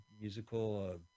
musical